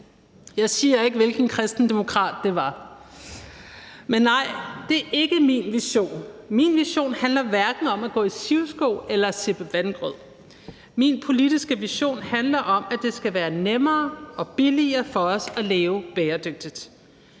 Jeg siger ikke, hvilken kristendemokrat det var. Men nej, det er ikke min vision. Min vision handler hverken om at gå i sivsko eller at sippe vandgrød. Min politiske vision handler om, at det skal være nemmere og billigere for os at leve bæredygtigt,